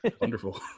wonderful